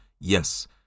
Yes